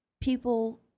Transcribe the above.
people